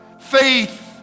Faith